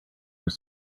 were